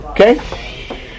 Okay